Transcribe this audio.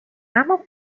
اما